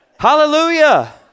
Hallelujah